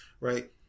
right